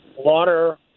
water